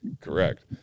Correct